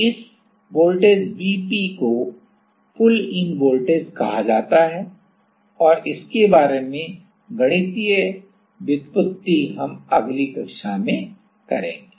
तो इस voltage Vp को पुल इन वोल्टेज कहा जाता है और इसके बारे में गणितीय व्युत्पत्ति हम अगली कक्षा में करेंगे